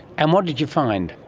and what did you find?